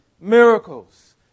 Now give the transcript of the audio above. miracles